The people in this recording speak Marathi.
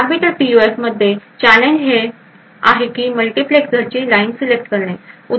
आर्बिटर पीयूएफ मध्ये चॅलेंज हे आहे की ही मल्टीप्लेक्सर्सची सिलेक्ट लाईन